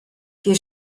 wir